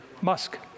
Musk